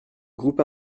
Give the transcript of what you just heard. groupe